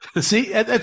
See